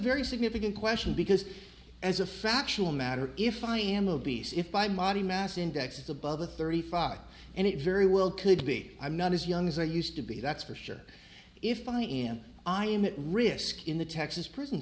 very significant question because as a factual matter if i am obese if i madi mass index above a thirty five and it very well could be i'm not as young as i used to be that's for sure if i am i am at risk in the texas prison